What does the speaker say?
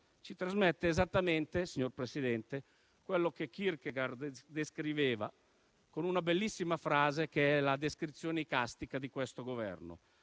ci trasmette esattamente quello che Kierkegaard descriveva con una bellissima frase che è la descrizione icastica di questo Governo: